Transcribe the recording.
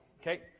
Okay